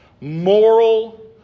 moral